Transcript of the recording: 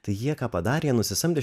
tai jie ką padarė jie nusisamdė